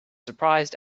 surprised